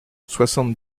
soixante